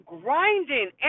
grinding